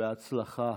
בהצלחה.